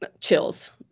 chills